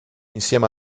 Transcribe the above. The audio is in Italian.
insieme